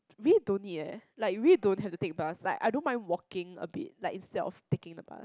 really don't need eh like really don't have to take bus like I don't mind walking a bit like instead of taking the bus